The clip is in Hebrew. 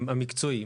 המקצועי,